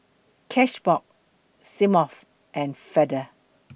Cashbox Smirnoff and Feather